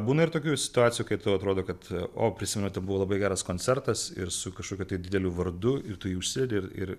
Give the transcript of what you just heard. būna ir tokių situacijų kai tau atrodo kad o prisimenate buvo labai geras koncertas ir su kažkokiu tai dideliu vardu ir tu jį užsidedi ir